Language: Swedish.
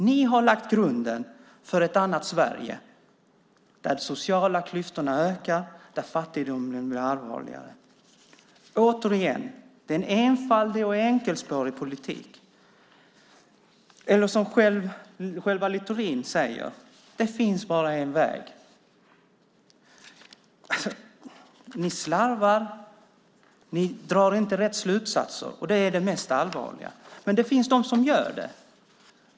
Ni har lagt grunden för ett annat Sverige, där de sociala klyftorna ökar och fattigdomen blir allvarligare. Det är en enfaldig och enkelspårig politik. Eller som Littorin själv säger: Det finns bara en väg. Ni slarvar. Ni drar inte rätt slutsatser, och det är det mest allvarliga. Men kompisar till er gör det.